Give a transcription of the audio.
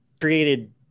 created